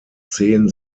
zehen